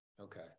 Okay